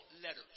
letters